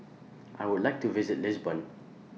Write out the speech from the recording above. I Would like to visit Lisbon